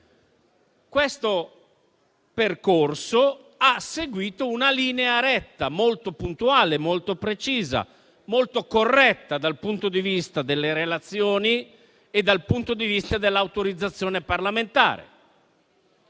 Questo percorso ha seguito una linea retta molto puntuale, molto precisa, molto corretta dal punto di vista delle relazioni e dal punto di vista dell'autorizzazione parlamentare.